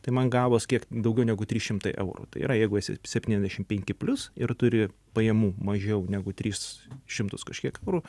tai man gavosi kiek daugiau negu trys šimtai eurų tai yra jeigu esi septyniasdešim penki plius ir turi pajamų mažiau negu trys šimtus kažkiek eurų